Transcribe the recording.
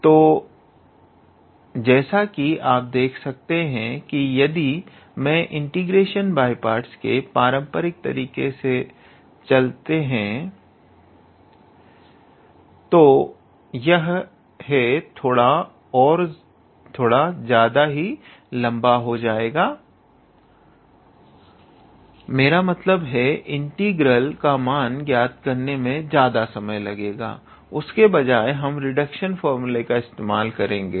तो जैसा कि आप देख सकते हैं कि यदि मैं इंटीग्रेशन बाय पार्ट्स के पारंपरिक तरीके से चले तो यह है थोड़ा ज्यादा ही लंबा हो जाएगा मेरा मतलब है इंटीग्रल का मान ज्ञात करने में ज्यादा समय लग जाएगा उसके बजाए हम रिडक्शन फार्मूला का इस्तेमाल करेंगे